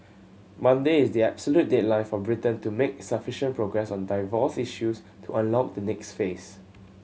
Monday is the absolute deadline for Britain to make sufficient progress on divorce issues to unlock the next phase